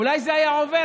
אולי זה היה עובר,